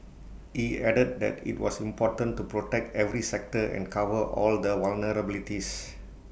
he added that IT was important to protect every sector and cover all the vulnerabilities